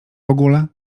ogóle